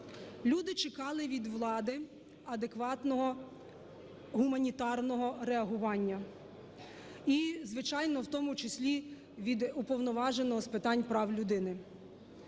Люди чекали від влади адекватного гуманітарного реагування і, звичайно, в тому числі від Уповноваженого з питань прав людини.